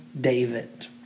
David